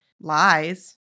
lies